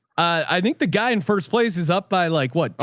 i think the guy in first place is up by like what? oh,